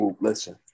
listen